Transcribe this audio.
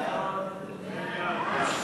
ההצעה להעביר